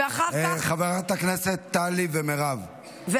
ואחר כך, חברות הכנסת טלי ומירב, מפריע.